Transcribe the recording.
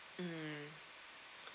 mmhmm